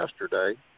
yesterday